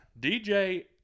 DJ